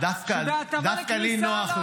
מסביר לו שזאת הטבה --- דווקא לי נוח,